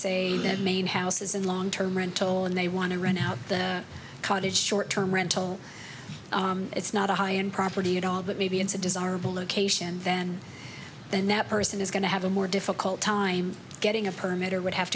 the main house is in long term rental and they want to rent out the cottage short term rental it's not a high end property at all but maybe it's a desirable location than then that person is going to have a more difficult time getting a permit or would have